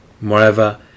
Moreover